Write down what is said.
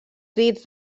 dits